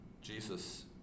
Jesus